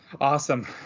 awesome